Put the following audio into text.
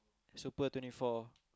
super twenty four